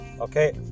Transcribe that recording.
Okay